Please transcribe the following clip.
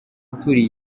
abaturiye